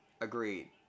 Agreed